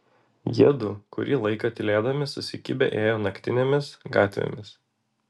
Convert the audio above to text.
jiedu kurį laiką tylėdami susikibę ėjo naktinėmis gatvėmis